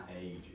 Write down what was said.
age